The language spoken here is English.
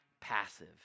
passive